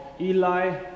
Eli